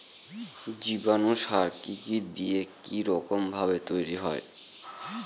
জীবাণু সার কি কি দিয়ে কি রকম ভাবে তৈরি হয়?